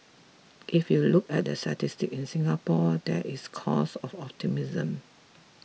if you look at the statistics in Singapore there is cause of optimism